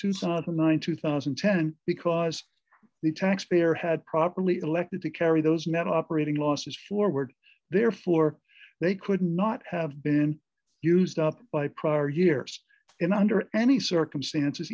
million ninety two thousand and ten because the taxpayer had properly elected to carry those net operating losses forward therefore they could not have been used up by prior years in under any circumstances